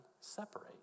separate